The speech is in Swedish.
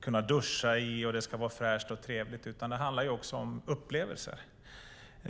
kunna duscha och så vidare. Vatten handlar också om upplevelser.